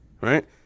right